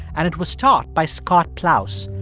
and it was taught by scott plous.